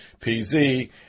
PZ